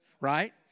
right